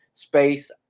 Space